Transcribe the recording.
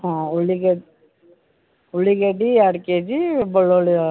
ಹ್ಞೂ ಉಳ್ಳಿಗೆದ್ ಉಳ್ಳಗಡ್ಡಿ ಎರಡು ಕೆಜಿ ಬೆಳ್ಳುಳ್ಳಿಯ